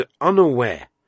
unaware